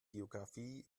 biografie